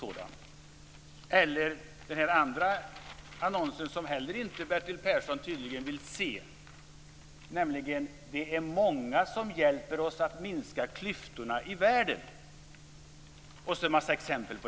I den andra annonsen, som Bertil Persson tydligen inte heller vill se, står "Det är många som hjälper oss att minska klyftorna i världen", och sedan följer en massa exempel.